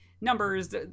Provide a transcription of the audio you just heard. numbers